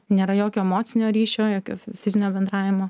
nėra jokio emocinio ryšio jokio fizinio bendravimo